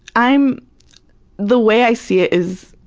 i'm the way i see it is,